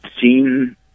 seen